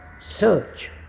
search